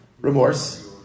Remorse